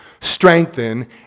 strengthen